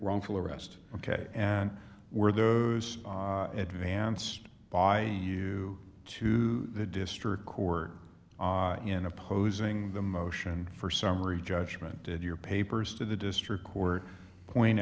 wrongful arrest ok and were those advanced by you to the district court in opposing the motion for summary judgment and your papers to the district court point